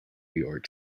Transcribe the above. york